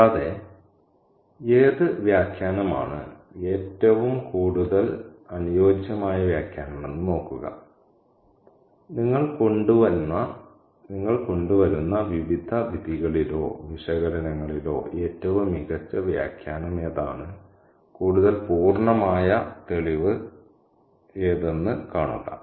കൂടാതെ ഏത് വ്യാഖ്യാനമാണ് ഏറ്റവും കൂടുതൽ അനുയോജ്യമായ വ്യാഖ്യാനമെന്ന് നോക്കുക നിങ്ങൾ കൊണ്ടുവരുന്ന വിവിധ വിധികളിലോ വിശകലനങ്ങളിലോ ഏറ്റവും മികച്ച വ്യാഖ്യാനം ഏതാണ് കൂടുതൽ പൂർണ്ണമായ തെളിവ് ഏതെന്ന് കാണുക